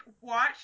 watch